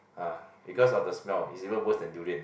ah because of the smell it's even worse than durian